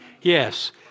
yes